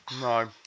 No